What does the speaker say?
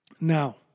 Now